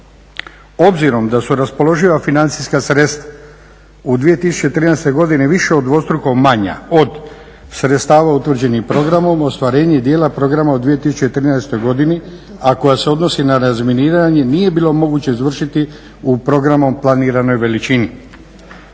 Obzirom da su raspoloživa financijska sredstva u 2013. godini više od dvostruko manja od sredstava utvrđenih programom od ostvarenje dijela programa u 2013. godini, a koja se odnosi na razminiranje nije bilo moguće izvršiti u programom planiranoj veličini.